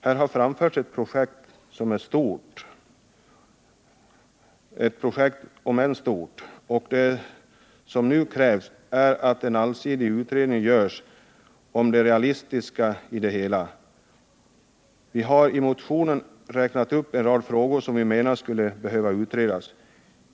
Här har föreslagits ett, om än stort, projekt, och vad som nu krävs är en allsidig utredning om det realistiska i projektet. Vi har i motionen räknat upp en rad frågor, som vi menar skulle behöva utredas.